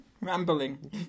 Rambling